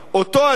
אותו אדם,